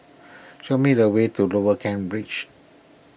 show me the way to Lower Kent Ridge